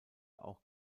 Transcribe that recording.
auch